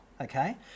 okay